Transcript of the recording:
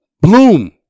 bloom